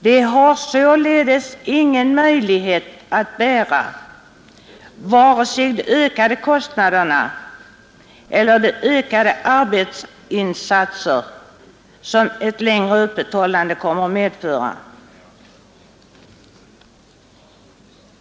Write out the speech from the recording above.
De har således ingen som helst möjlighet att bära vare sig de ökade kostnaderna eller de ökade arbetsinsatser som ett längre öppethållande kommer att medföra.